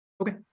okay